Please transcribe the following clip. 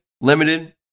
limited